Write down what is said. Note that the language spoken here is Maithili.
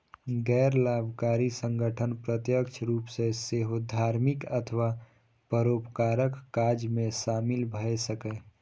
गैर लाभकारी संगठन प्रत्यक्ष रूप सं सेहो धार्मिक अथवा परोपकारक काज मे शामिल भए सकैए